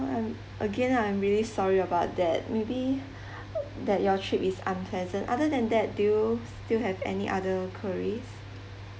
again I'm really sorry about that maybe that your trip is unpleasant other than that do you still have any other queries